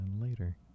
later